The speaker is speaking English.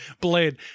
Blade